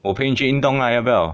我陪你去应当 liable